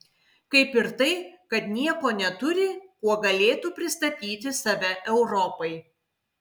kaip ir tai kad nieko neturi kuo galėtų pristatyti save europai